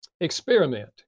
Experiment